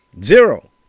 Zero